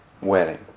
wedding